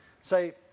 say